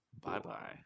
Bye-bye